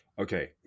okay